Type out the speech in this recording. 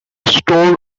store